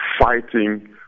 fighting